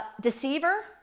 deceiver